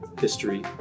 history